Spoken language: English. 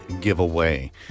giveaway